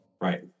right